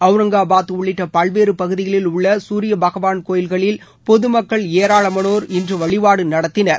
ஔரங்காபாத் உள்ளிட்ட பல்வேறு பகுதிகளில் உள்ள சூரிய பகவாள் கோயில்களில் பொது மக்கள் ஏராளமானோர் இன்று வழிபாடு நடத்தினர்